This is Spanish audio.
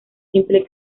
simple